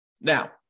Now